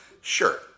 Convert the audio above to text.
Sure